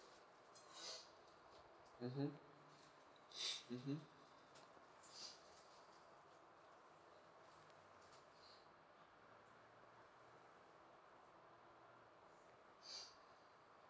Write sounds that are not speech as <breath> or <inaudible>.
<breath> mmhmm <breath> mmhmm <breath> <breath> <breath>